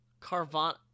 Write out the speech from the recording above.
Carvana